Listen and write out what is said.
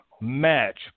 match